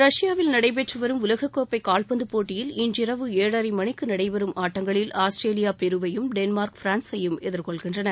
ரஷ்யாவில் நடைபெற்று வரும் உலகக்கோப்பை கால்பந்து போட்டியில் இன்றிரவு ஏழரை மணிக்கு நடைபெறும் ஆட்டங்களில் ஆஸ்திரேலியா பெருவையும் டென்மார்க் பிரான்சையும் எதிர்கொள்கின்றன